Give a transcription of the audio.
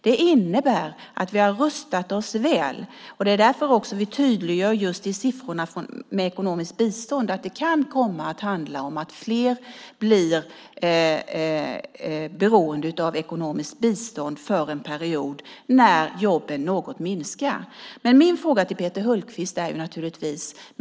Det innebär att vi har rustat oss väl. Det är därför vi tydliggör i siffrorna för ekonomiskt bistånd att fler kan bli beroende av ekonomiskt bistånd under en period när jobben minskar något.